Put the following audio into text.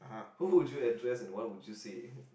who would you address and what would you say